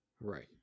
Right